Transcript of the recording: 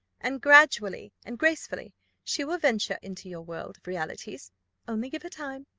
and gradually and gracefully she will venture into your world of realities only give her time.